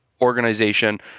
organization